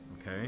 okay